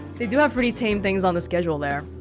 they do have pretty tame things on the schedule, there